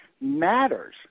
matters